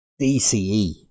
DCE